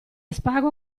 spago